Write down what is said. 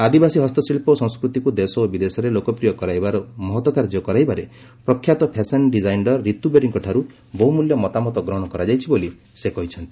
ଆଦିବାସୀ ହସ୍ତଶିଳ୍ପ ଓ ସଂସ୍କୃତିକୁ ଦେଶ ଓ ବିଦେଶରେ ଲୋକପ୍ରିୟ କରାଇବାର ମହତ କାର୍ଯ୍ୟ କରାଇବାରେ ପ୍ରଖ୍ୟାତ ଫ୍ୟାସନ ଡିକାଇନର ରିତୁ ବେରୀଙ୍କଠାରୁ ବହୁମୂଲ୍ୟ ମତାମତ ଗ୍ରହଣ କରାଯାଇଛି ବୋଲି ସେ କହିଚ୍ଚନ୍ତି